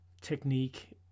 technique